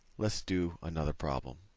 let's do another problem.